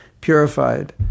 purified